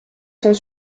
sont